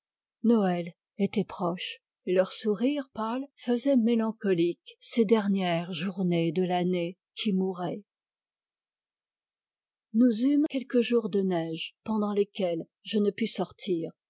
noël était proche et leur sourire pâle faisait mélancoliques ces dernières journées de l'année qui mourait nous eûmes quelques jours de neige pendant lesquels je ne pus sortir